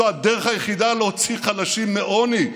זו הדרך היחידה להוציא חלשים מעוני,